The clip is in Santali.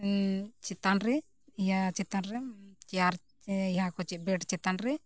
ᱪᱮᱛᱟᱱ ᱨᱮ ᱤᱭᱟᱹ ᱪᱮᱛᱟᱱ ᱨᱮ ᱪᱮᱭᱟᱨ ᱤᱭᱟᱹ ᱠᱚ ᱪᱮᱫ ᱵᱮᱰ ᱪᱮᱛᱟᱱ ᱨᱮ